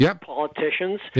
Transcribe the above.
politicians